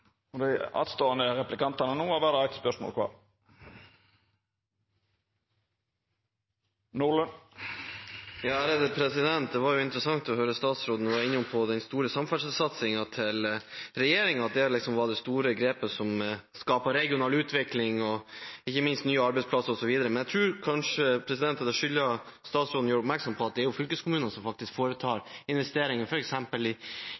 Det var jo interessant å høre statsråden være inne på den store samferdselssatsingen til regjeringen, at det liksom var det store grepet for å skape regional utvikling og ikke minst nye arbeidsplasser osv. Jeg tror kanskje at jeg skylder statsråden å gjøre oppmerksom på at det er fylkeskommunene som faktisk foretar investeringer, f.eks. i